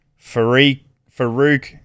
Farouk